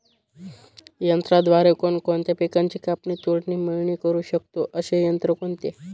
यंत्राद्वारे कोणकोणत्या पिकांची कापणी, तोडणी, मळणी करु शकतो, असे यंत्र कोणते?